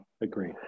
agree